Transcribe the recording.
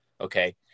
okay